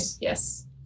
yes